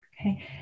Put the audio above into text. Okay